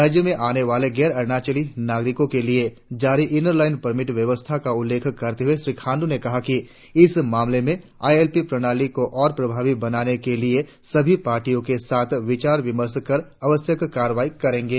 राज्य में आने वाले गैर अरुणाचली नागरिकों के लिए जारी इनर लाईन परमिट व्यवस्था का उल्लेख करते हुए श्री खांडू ने कहा कि इस मामले में आई एल पी प्रणाली को और प्रभावी बनाने के लिए वे सभी पार्टी के साथ विचार विमर्श कर आवश्यक कार्रवाई करेंगे